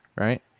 right